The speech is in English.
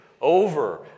over